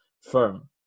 firm